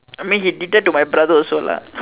I mean he did that to my brother also lah